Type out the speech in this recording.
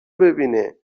ببینه